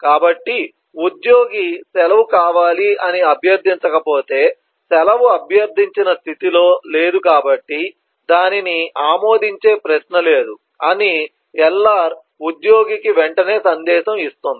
కాబట్టిఉద్యోగి సెలవు కావాలి అని అభ్యర్థించకపోతే సెలవు అభ్యర్థించిన స్థితిలో లేదు కాబట్టి దానిని ఆమోదించే ప్రశ్న లేదు అని LR ఉద్యోగికి వెంటనే సందేశం ఇస్తుంది